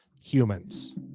humans